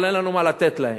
אבל אין לנו מה לתת להם?